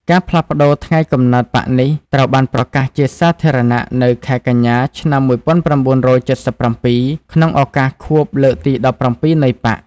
ការផ្លាស់ប្តូរថ្ងៃកំណើតបក្សនេះ ត្រូវបានប្រកាសជាសាធារណៈនៅខែកញ្ញា ឆ្នាំ១៩៧៧ ក្នុងឱកាសខួបលើកទី១៧ នៃបក្ស។